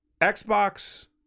Xbox